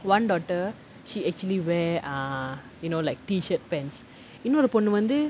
one daughter she actually wear uh you know like T-shirt pants இன்னொரு பொண்ணு வந்து:innoru ponnu vanthu